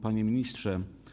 Panie Ministrze!